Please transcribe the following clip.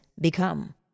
become